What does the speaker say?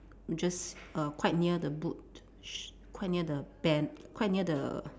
just err quite near the boot sh~ quite near the band quite near the